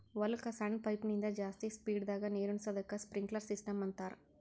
ಹೊಲಕ್ಕ್ ಸಣ್ಣ ಪೈಪಿನಿಂದ ಜಾಸ್ತಿ ಸ್ಪೀಡದಾಗ್ ನೀರುಣಿಸದಕ್ಕ್ ಸ್ಪ್ರಿನ್ಕ್ಲರ್ ಸಿಸ್ಟಮ್ ಅಂತಾರ್